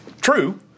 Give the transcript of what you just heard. true